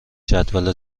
جدول